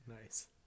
Nice